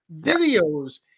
videos